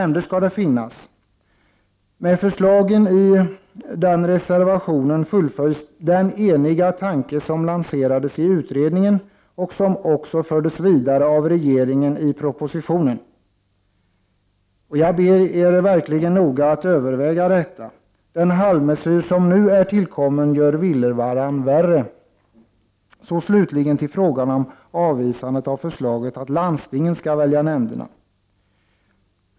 Med förslaget i den reservationen fullföljs den eniga tanke som lanserades i utredningen och som också fördes vidare av regeringen i propositionen. Jag ber er verkligen noga överväga detta. Den halvmesyr som nu är tillkommen gör villervallan värre. Så slutligen till frågan om avvisandet av förslaget att landstingen skall välja nämnderna.